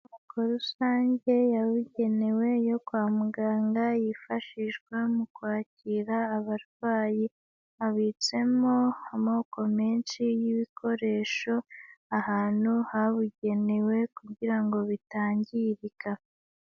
Inyubako rusange yabugenewe yo kwa muganga yifashishwa mu kwakira abarwayi, habitsemo amoko menshi y'ibikoresho ahantu habugenewe kugira ngo bitangirika.